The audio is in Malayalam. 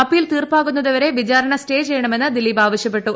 അപ്പീൽ തീർപ്പാകുന്നതുവരെ വിചാരണ സ്റ്റേ ചെയ്യണമെന്ന് ദിലീപ് ആവശ്യപ്പെട്ടു